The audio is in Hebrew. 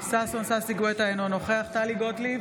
ששון ששי גואטה, אינו נוכח טלי גוטליב,